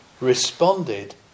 responded